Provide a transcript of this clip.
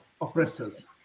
oppressors